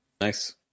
Nice